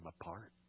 apart